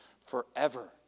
forever